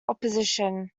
opposition